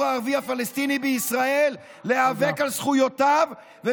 הערבי הפלסטיני בישראל להיאבק על זכויותיו.